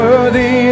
Worthy